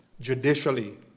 judicially